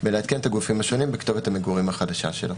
בלעדכן את הגופים השונים בכתובת המגורים החדשה שלו.